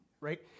right